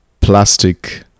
plastic